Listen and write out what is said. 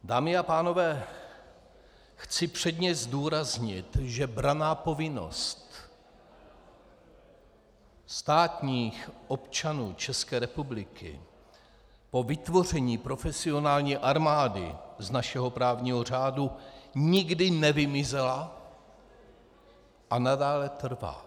Dámy a pánové, chci předně zdůraznit, že branná povinnost státních občanů České republiky po vytvoření profesionální armády z našeho právního řádu nikdy nevymizela, nadále trvá.